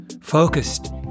focused